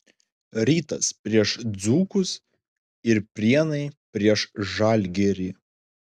rytas prieš dzūkus ir prienai prieš žalgirį